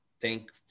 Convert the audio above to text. thank